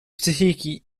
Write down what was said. psychiki